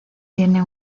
tiene